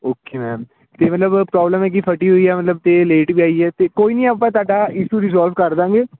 okay ma'am ਅਤੇ ਮਤਲਬ problem ਹੈ ਕਿ ਫਟੀ ਹੋਈ ਹੈ ਅਤੇ ਮਤਲਬ ਲੇਟ ਵੀ ਆਈ ਹੈ ਤਾਂ ਕੋਈ ਨਹੀਂ ਆਪਾਂ ਤੁਹਾਡਾ ਇਸ਼ੂ ਰਿਜੋਲਵ ਕਰ ਦਵਾਂਗੇ